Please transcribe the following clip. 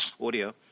audio